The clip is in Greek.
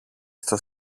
στο